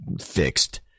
fixed